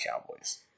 Cowboys